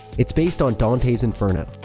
it's based on dante's inferno,